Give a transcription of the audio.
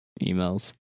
emails